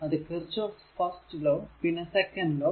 അത് Kirchhoff's first law Kirchhoff's first law പിന്നെ second law